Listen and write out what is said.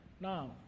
Now